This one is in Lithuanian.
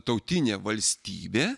tautinė valstybė